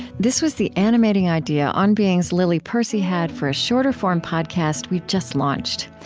this was the animating idea on being's lily percy had for a shorter-form podcast we've just launched.